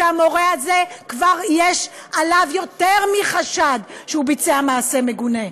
שעל המורה הזה כבר יש יותר מחשד שהוא ביצע מעשה מגונה.